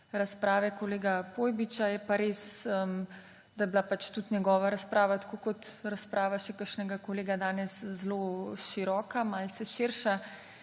razprave kolega Pojbiča, je pa res, da je bila pač tudi njegova razprava, tako kot razprava še kakšnega kolega danes, zelo široka, malce širša,